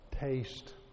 taste